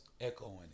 echoing